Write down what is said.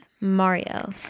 Mario